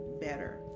better